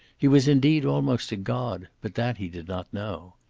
he was indeed almost a god, but that he did not know.